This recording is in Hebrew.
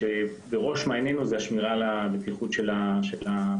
כאשר בראש מעיינינו זה השמירה על הבטיחות של המתפללים.